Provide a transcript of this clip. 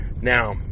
Now